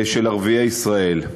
של ערביי ישראל.